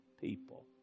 people